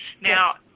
Now